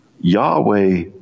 Yahweh